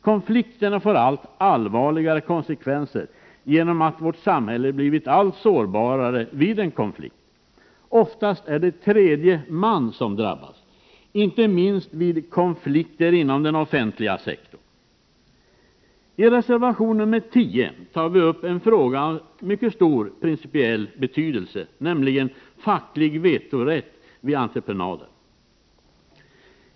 Konflikterna får allt allvarligare konsekvenser genom att vårt samhälle blivit allt sårbarare vid en konflikt. Oftast är det tredje man som drabbas, inte minst vid konflikter inom den offentliga sektorn. I reservation nr 10 tar vi upp en fråga av stor principiell betydelse, nämligen facklig vetorätt vid entreprenader.